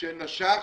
שנשך